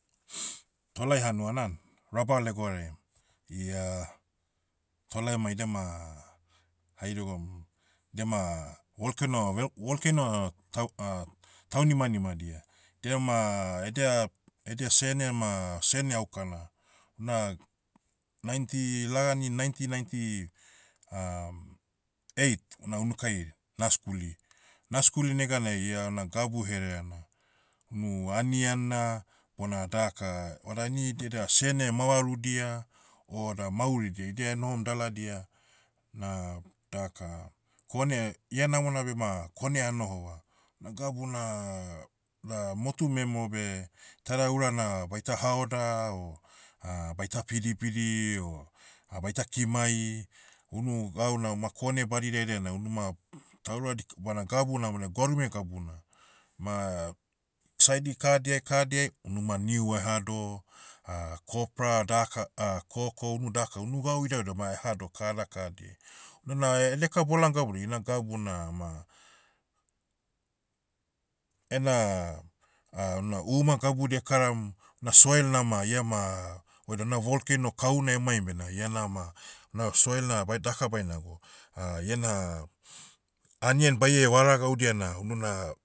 tolai hanuana an. Rabaul egouraiam. Ia, tolai ma idia ma, haidegoum, diama, volcano vel- volcano, tau- taunimanima dia. Diama, edia- edia sene ma, sene aukana. Una, ninety- lagani ninety ninety, eight, una unukai, naskuli. Naskuli neganai ia na gabu hereana. Unu anian na, bona daka, vada ni, idedia sene mavarudia, o da mauridia idia enohom daladia, na, daka, kone- ihanamona bema, kone anohova. Na gabu na, da motu memeo beh, tada ura na, baita haoda o, baita pidipidi o, baita kimai, unu gauna ma kone badidiai dainai unu ma, taura dik- bana gabu namodia gwarume gabuna. Ma, saidi kahadiai kahadiai, unu ma niu eahado, copra daka, koko unu daka unu gau idaudau ma eahado kahana kahadiai. Unana edeka bolaom gabudia ina gabu na ma, ena, una uma gabudia ekaram, na soil nama iema, oidam na volcano kahuna emaim bena ianama, na soil na bai- daka baina go, iena, anian baie vara gaudia na unu na,